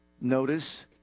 Notice